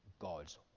God's